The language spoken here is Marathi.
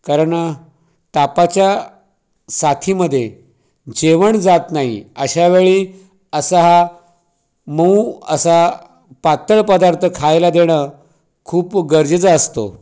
कारण तापाच्या साथीमध्ये जेवण जात नाही अशा वेळी असा हा मऊ असा पातळ पदार्थ खायला देणं खूप गरजेचं असतो